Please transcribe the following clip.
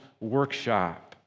workshop